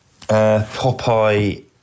Popeye